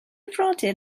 frodyr